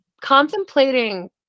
contemplating